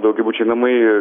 daugiabučiai namai